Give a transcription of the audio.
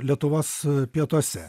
lietuvos pietuose